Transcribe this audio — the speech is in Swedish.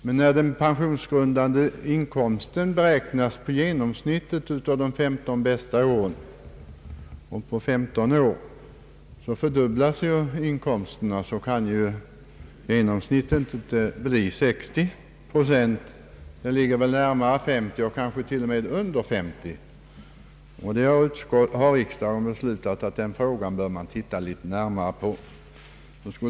Men när inkomsterna fördubblas på 15 år kan ju genomsnittet inte bli 60 procent; det ligger närmare 50, kanske t.o.m. under 50. Därför har riksdagen beslutat att man skall titta litet närmare på den frågan.